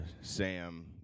Sam